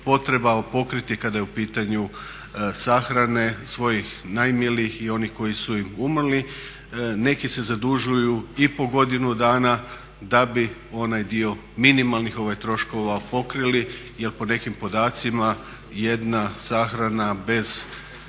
potreba pokriti kada je u pitanju sahrane svojih najmilijih i onih koji su im umrli. Neki se zadužuju i po godinu dana da bi onaj dio minimalnih troškova pokrili, jer po nekim podacima jedna sahrana bez